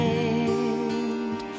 end